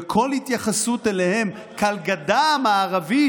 וכל התייחסות אליהם כאל הגדה המערבית